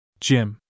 Jim